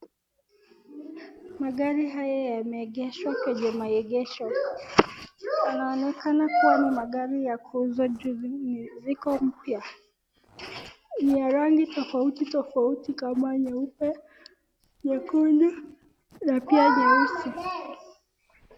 Magari haya yameegeshwa kwenye maegesho, yanaonekana kuwa ni magari ya kuuzwa juu ziko mpya ni ya rangi tofauti tofauti kama nyeupe nyekundu na pia nyeusi.